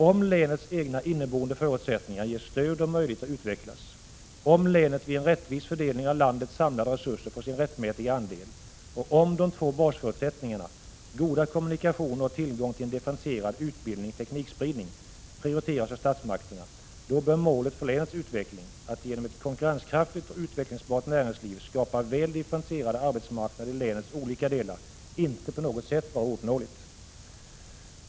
Om länets egna inneboende förutsättningar ges stöd och möjlighet att utvecklas, om länet vid en rättvis fördelning av landets samlade resurser får sin rättmätiga andel och om de två basförutsättningarna, goda kommunikationer och tillgång till en differentierad utbildning resp. teknikspridning, prioriteras av statsmakterna, bör målet för länets utveckling — att genom ett konkurrenskraftigt och utvecklingsbart näringsliv skapa väl differentierade arbetsmarknader i länets olika delar — inte på något sätt vara ouppnåeligt.